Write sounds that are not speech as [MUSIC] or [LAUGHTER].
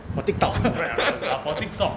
!wah! TikTok [LAUGHS] orh